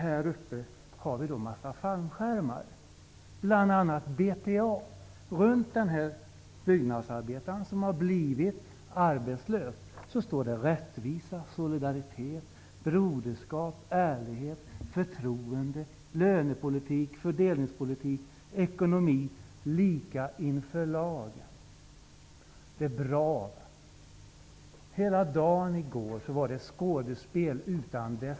Ovanför ser vi en massa fallskärmar, bl.a. en från BPA. Runt denne byggnadsarbetare som har blivit arbetslös står det skrivet: rättvisa, solidaritet, broderskap, ärlighet, förtroende, lönepolitik, fördelningspolitik, ekonomi, lika inför lagen. Det är bra! Hela dagen i går var ett skådespel utan like.